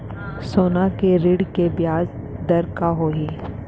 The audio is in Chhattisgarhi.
सोना के ऋण के ब्याज दर का होही?